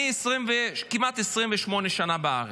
אני כמעט 28 שנה בארץ.